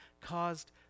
caused